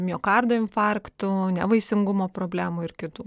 miokardo infarktų nevaisingumo problemų ir kitų